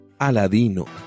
Aladino